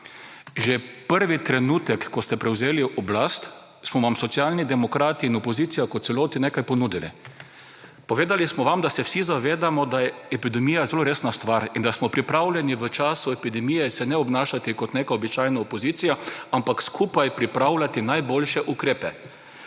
Že prvi trenutek, ko ste prevzeli oblast, smo vam Socialni demokrati in opozicija kot celota nekaj ponudili. Povedali smo vam, da se vsi zavedamo, da je epidemija zelo resna stvar in da smo pripravljeni v času epidemije se ne obnašati kot neka običajna opozicija, ampak skupaj pripravljati najboljše ukrepe.